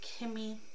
Kimmy